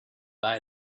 buy